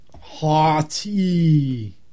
Haughty